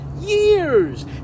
years